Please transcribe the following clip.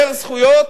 יותר זכויות